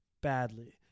badly